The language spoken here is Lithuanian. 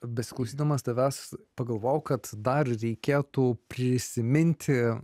besiklausydamas tavęs pagalvojau kad dar reikėtų prisiminti